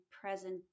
present